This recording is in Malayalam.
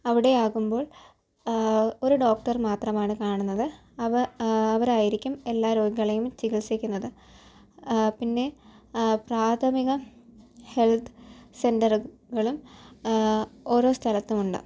അവിടെ ആകുമ്പോൾ ഒരു ഡോക്ടർ മാത്രമാണ് കാണുന്നത് അവ അവരായിരിക്കും എല്ലാ രോഗികളെയും ചികിത്സിക്കുന്നത് പിന്നെ പ്രാഥമിക ഹെൽത്ത് സെൻ്ററുകളും ഓരോ സ്ഥലത്തും ഉണ്ട്